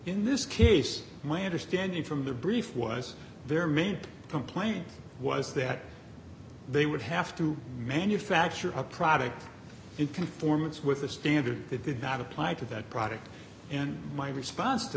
in this case my understanding from the brief was their main complaint was that they would have to manufacture a product in conformance with a standard that did not apply to that product and my response to